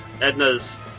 Edna's